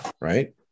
right